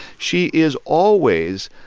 she is always